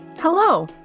Hello